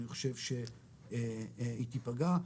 אני חושב שהיא תיפגע.